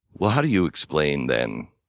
well, how do you explain, then,